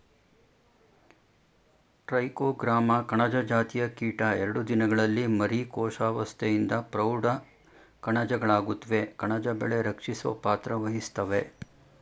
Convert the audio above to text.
trichogramma ಕಣಜ ಜಾತಿಯ ಕೀಟ ಎರಡು ದಿನದಲ್ಲಿ ಮರಿ ಕೋಶಾವಸ್ತೆಯಿಂದ ಪ್ರೌಢ ಕಣಜಗಳಾಗುತ್ವೆ ಕಣಜ ಬೆಳೆ ರಕ್ಷಿಸೊ ಪಾತ್ರವಹಿಸ್ತವೇ